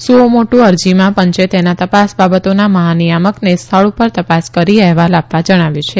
સુઓ મોટુ અરજીમાં ાંચે તેના તાાસ બાબતોના મહાનિયામકને સ્થળ ાં ર ત ાસ કરી અહેવાલ આ વા જણાવ્યું છે